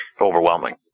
overwhelming